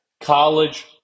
college